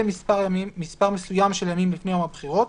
מספר מסוים של ימים לפני יום הבחירות,